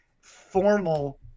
formal